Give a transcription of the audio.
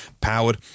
powered